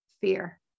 fear